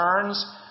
Turns